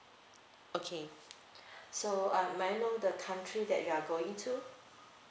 okay so um may I know the country that you are going to